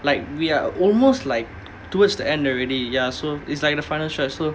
like we are almost like towards the end already ya so it's like the final stretch so